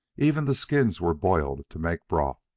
even the skins were boiled to make broth,